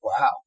Wow